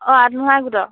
অঁ আত্মসহায়ক গোটৰ